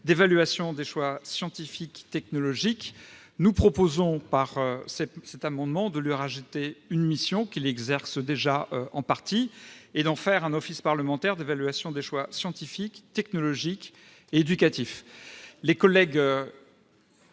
d'évaluation des choix scientifiques et technologiques. Nous proposons, par cet amendement, d'ajouter au champ de compétences de l'Opecst une mission qu'il exerce déjà en partie et d'en faire l'Office parlementaire d'évaluation des choix scientifiques, technologiques et éducatifs.